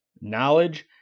Knowledge